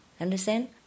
Understand